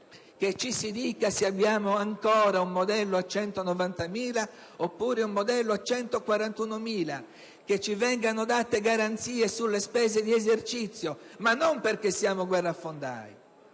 che ci si dica se abbiamo ancora un modello basato su 190.000 unità oppure su 141.000, che ci vengano date garanzie sulle spese di esercizio, non perché siamo guerrafondai